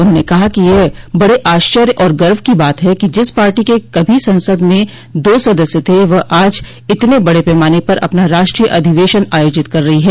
उन्होंने कहा कि यह बड़े आश्चर्य और गर्व की बात है कि जिस पार्टी के कभी संसद में दो सदस्य थे वह आज इतने बड़े पैमाने पर अपना राष्ट्रीय अधिवेशन आयोजित कर रही है